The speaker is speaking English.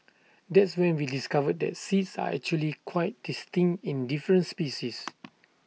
that's when we discovered that seeds are actually quite distinct in different species